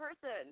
person